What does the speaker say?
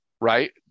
Right